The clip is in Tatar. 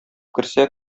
керсә